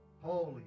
Holy